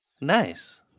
Nice